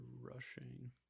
rushing